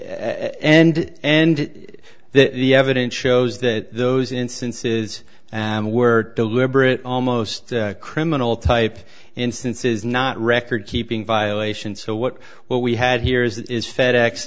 and and the the evidence shows that those instances and were deliberate almost criminal type instances not record keeping violations so what what we had here is that is fed ex